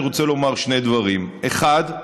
אני רוצה לומר שני דברים: האחד,